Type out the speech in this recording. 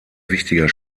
wichtiger